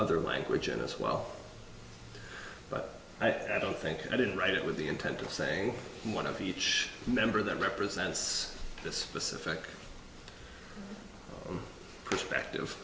other language as well but i don't think i didn't write it with the intent of saying one of each member that represents the specific perspective